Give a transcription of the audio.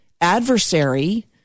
adversary